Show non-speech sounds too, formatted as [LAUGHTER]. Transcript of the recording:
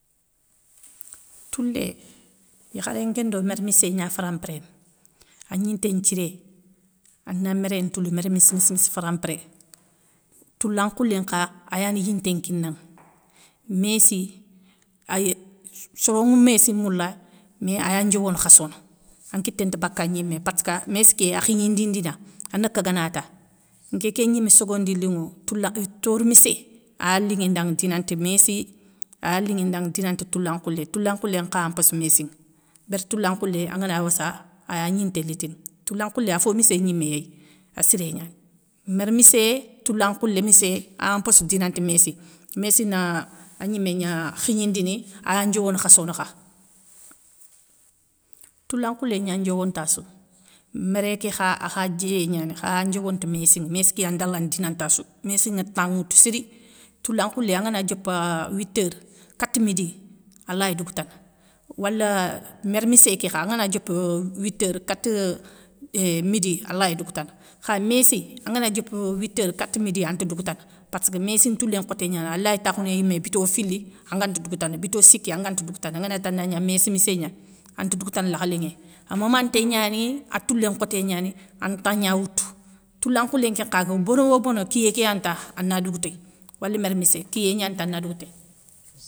Toulé, yakharé nkéndo mér missé gna farampéréni, agninté nthiré, ana méré ntoulou mér miss miss farampéré. Toula nkhoulé nkha ayani yinté kina ŋa, [NOISE] méessi ay soronŋa méessi moula mé aya ndiowono khassono, an kité nti baka gnimé passka méessi ké akhignindina. ana kagana ta, nkéké gnimé sogo ndi linŋou, toula, tore missé aya linŋi nda ŋa dinanti méssi ayalinŋi ndanŋa dinanta toula nkhoulé. Toula nkhoulé nkha mpossi méssi, bér toula nkhoulé, angana wassa aya gninté litini. Toula nkhoulé affo missé gnimé yéy assiré gnani. Mér missé, toula nkhoula missé, ayampossi dinanti méessi, méessi na a gnimé gna khignindini ayandiowono khassono kha. Toula nkhoulé gna ndiowontassou, méré ké kha, akha diéyé gnani, kha aya ndiowonti méessi ŋa, méessi ké ya ndalana dinantassou, méessi ŋa temp nŋwoutou siri, toula nkhoulé, angana diopa witeur kata midi alay dougoutana, wala mér misséké kha angana diopa euuuhh witeur kata midi alay dougoutana kha méessi angana diopa witeur kata midi anti dougoutana passka méessi ntoulé nkhotégnani alay takhounou yimé bito fili, anganti dougoutana, bito siki anganti dougoutana anganati anagna méessi missé gna anti dougoutana lakhe linŋé, amamanté gnani. atoulé nkhoté gnani, ani temp gna woutou. Toula nkhoulé nkén nkha aga bonowobono kiyé yani ta ana dougoutéy wala mér missé, kiyé gnani ta ana dougoutéy.